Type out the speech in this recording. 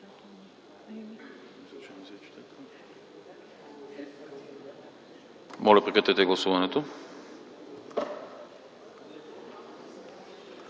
Благодаря.